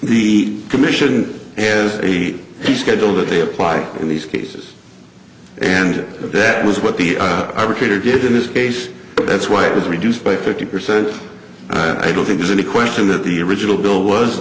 the commission and ate the schedule that they apply in these cases and that was what the arbitrator did in this case that's why it was reduced by fifty percent i don't think there's any question that the original bill was